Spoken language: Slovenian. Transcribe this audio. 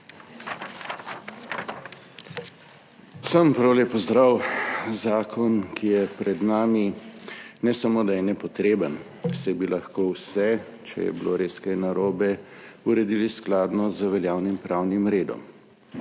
Vsem prav lep pozdrav! Zakon, ki je pred nami, ne samo, da je nepotreben, saj bi lahko vse, če je bilo res kaj narobe, uredili skladno z veljavnim pravnim redom,